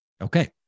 Okay